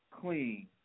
clean